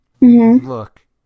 look